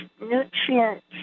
nutrients